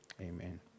Amen